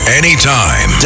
anytime